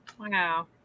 Wow